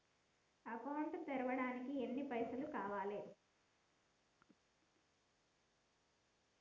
Account తెరవడానికి ఎన్ని పైసల్ కావాలే?